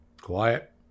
quiet